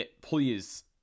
please